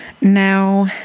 now